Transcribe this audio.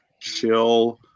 chill